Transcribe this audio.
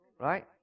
right